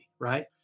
right